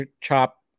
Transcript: chop